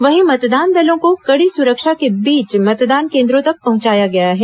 वहीं मतदान दलों को कड़ी सुरक्षा के बीच मतदान केंद्रों तक पहचाया गया है